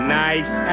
nice